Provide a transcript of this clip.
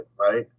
right